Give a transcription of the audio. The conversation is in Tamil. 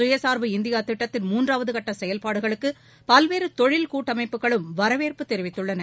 கயசார்பு இந்தியா திட்டத்தின் மூன்றாவது கட்ட செயல்பாடுகளுக்கு பல்வேறு தொழில் கூட்டமைப்புகளும் வரவேற்பு தெரிவித்துள்ளன